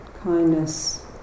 Kindness